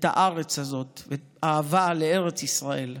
ולארץ הזאת, באהבה לארץ ישראל.